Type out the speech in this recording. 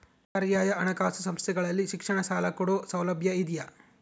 ಪರ್ಯಾಯ ಹಣಕಾಸು ಸಂಸ್ಥೆಗಳಲ್ಲಿ ಶಿಕ್ಷಣ ಸಾಲ ಕೊಡೋ ಸೌಲಭ್ಯ ಇದಿಯಾ?